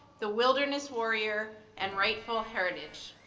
the wilderness warrior, and rightful heritage.